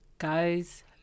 Guys